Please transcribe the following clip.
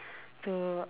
to uh